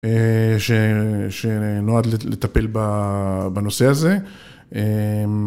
שנועד לטפל בנושא הזה.